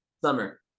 Summer